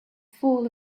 fall